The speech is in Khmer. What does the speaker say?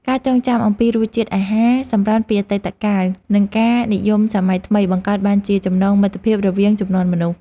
ការចងចាំអំពីរសជាតិអាហារសម្រន់ពីអតីតកាលនិងការនិយមសម័យថ្មីបង្កើតបានជាចំណងមិត្តភាពរវាងជំនាន់មនុស្ស។